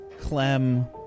Clem